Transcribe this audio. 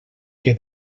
que